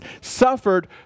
suffered